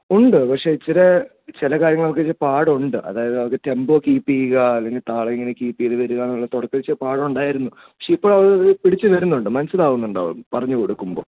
ഉണ്ട് പക്ഷെ ഇച്ചിരി ചില കാര്യങ്ങൾ അവൾക്ക് ഇച്ചിരി പാടുണ്ട് അതായത് അവൾക്ക് ടെമ്പോ കീപ്പ് ചെയ്യുക അല്ലെങ്കിൽ താളം ഇങ്ങനെ കീപ്പ് ചെയ്ത് വരിക അങ്ങനെയുള്ള തുടക്കം ഇച്ചിരി പാടുണ്ടായിരുന്നു പക്ഷെ ഇപ്പോൾ അവൾ പിടിച്ച് വരുന്നുണ്ട് മനസിലാകുന്നുണ്ട് അവൾക്ക് പറഞ്ഞ് കൊടുക്കുമ്പോൾ